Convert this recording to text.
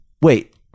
Wait